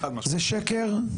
זה שקר,